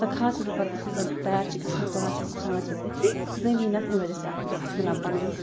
سۄ کھاد چھَس بہٕ پَتہٕ یُتھُے سۄ تیار چھِ گژھان تُلان چھَس ترٛاوان چھَس أتھی زٔمیٖنَس امہِ وجہ سۭتۍ اَتھ اَتھ مِلان پَنُن